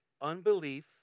unbelief